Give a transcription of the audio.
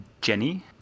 jenny